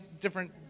different